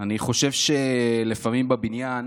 אני חושב שלפעמים בבניין